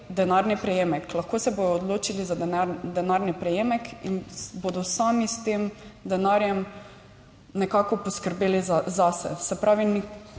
denarni prejemek. Lahko se bodo odločili za denarni prejemek in bodo sami s tem denarjem nekako poskrbeli zase. Se pravi, nikoli